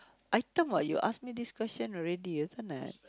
item what you ask me this question already isn't it